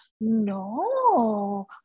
no